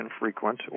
infrequent